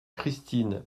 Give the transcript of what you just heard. christine